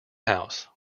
house